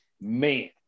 man